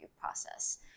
process